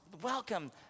welcome